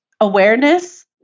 awareness